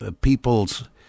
people's